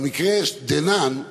במקרה דנן,